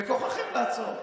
בכוחכם לעצור.